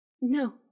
no